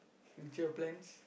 future plans